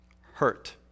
hurt